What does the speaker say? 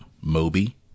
Moby